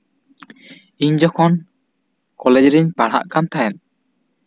ᱤᱧ ᱡᱚᱠᱷᱚᱱ ᱠᱚᱞᱮᱡ ᱨᱤᱧ ᱯᱟᱲᱦᱟᱜ ᱠᱟᱱ ᱛᱟᱦᱮᱸᱱ